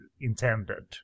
intended